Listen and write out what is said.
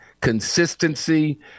consistency